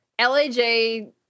LAJ